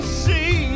see